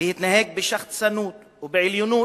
להתנהג בשחצנות ובעליונות,